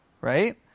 right